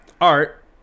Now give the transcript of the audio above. Art